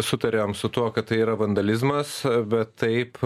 sutarėm su tuo kad tai yra vandalizmas bet taip